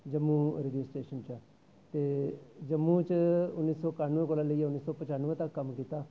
Jammu radio station चा ते जम्मू च उन्नी सौ कानमै कोला लेई उन्नी सौ पचनमै तक कम्म कीता